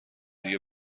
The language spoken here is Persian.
دیگه